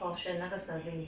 portion 那个 serving